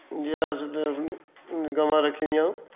जि'यां अस गोआं रक्खी दियां